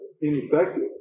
ineffective